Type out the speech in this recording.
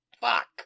Fuck